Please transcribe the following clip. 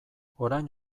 orain